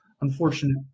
unfortunate